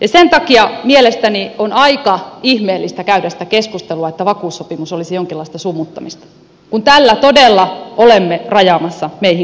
sen takia mielestäni on aika ihmeellistä käydä sitä keskustelua että vakuussopimus olisi jonkinlaista sumuttamista kun tällä todella olemme rajaamassa meihin kohdistuvia riskejä